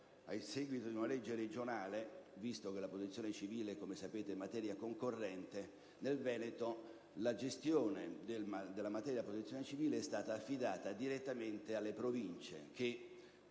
a seguito di una legge regionale (visto che la protezione civile è materia di legislazione concorrente), la gestione della materia della protezione civile è stata affidata direttamente alle Province, che